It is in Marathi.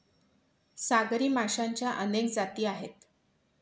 सागरी माशांच्या अनेक जाती आहेत